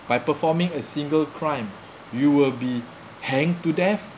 by performing a single crime you will be hanged to death